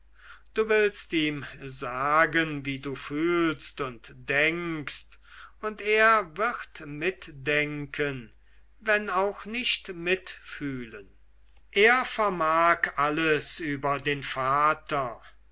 du willst ihm sagen wie du fühlst und denkst und er wird mitdenken wenn auch nicht mitfühlen er vermag alles über den vater